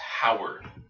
Howard